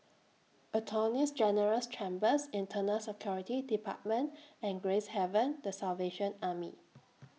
Attorneys General's Chambers Internal Security department and Gracehaven The Salvation Army